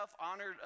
honored